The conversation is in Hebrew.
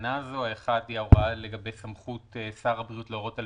בתקנה הזאת - ההוראה לגבי סמכות שר הבריאות להורות על